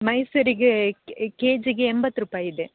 ಮೈಸೂರಿಗೆ ಕೆ ಜಿಗೆ ಎಂಬತ್ತು ರೂಪಾಯಿ ಇದೆ